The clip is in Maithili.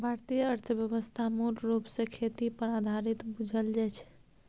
भारतीय अर्थव्यवस्था मूल रूप सँ खेती पर आधारित बुझल जाइ छै